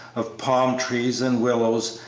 of palm-trees and willows,